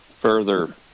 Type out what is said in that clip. further